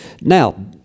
Now